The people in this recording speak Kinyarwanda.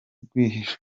bwihisho